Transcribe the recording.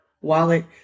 wallet